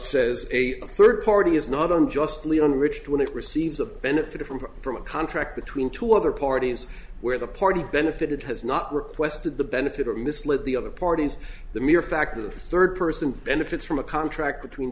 says a third party is not unjustly underage when it receives a benefit from from a contract between two other parties where the party benefitted has not requested the benefit or misled the other parties the mere fact that a third person benefits from a contract between